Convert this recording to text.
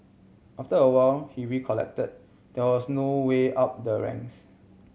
after a while he recollect there was no way up the ranks